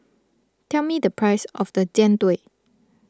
tell me the price of the Jian Dui